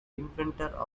inventor